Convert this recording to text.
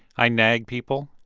i nag people.